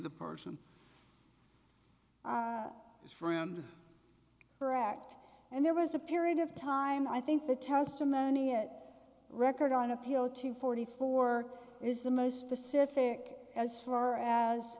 the person his friend correct and there was a period of time i think the testimony it record on appeal to forty four is the most specific as far as